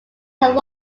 had